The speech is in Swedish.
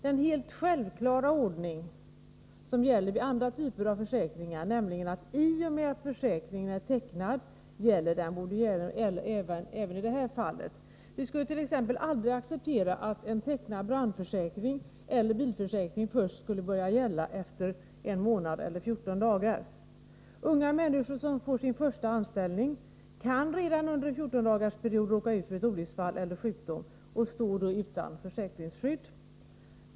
Den helt självklara ordning som gäller vid andra typer av försäkringar, nämligen att en försäkring träder i kraft i och med att den är tecknad, borde gälla även i detta fall. Vi skulle t.ex. aldrig acceptera att en tecknad brandförsäkring eller bilförsäkring skulle börja gälla först efter en månad eller 14 dagar. Unga människor som får sin första anställning kan redan under den första 14-dagarsperioden råka ut för ett olycksfall eller sjukdom och står då utan försäkringsskydd.